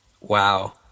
Wow